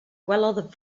gwelodd